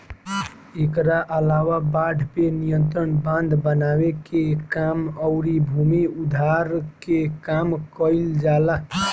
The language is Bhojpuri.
एकरा अलावा बाढ़ पे नियंत्रण, बांध बनावे के काम अउरी भूमि उद्धार के काम कईल जाला